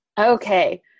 Okay